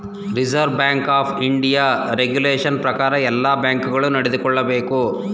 reserve Bank of India regulation ಪ್ರಕಾರ ಎಲ್ಲ bank ಗಳು ನಡೆದುಕೊಳ್ಳಬೇಕು